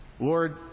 Lord